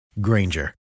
Granger